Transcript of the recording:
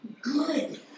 good